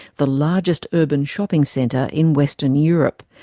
the largest urban shopping centre in western europe.